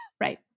Right